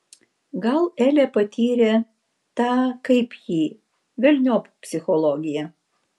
gal elė patyrė tą kaip jį velniop psichologiją